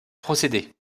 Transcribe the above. procédés